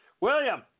William